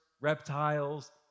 reptiles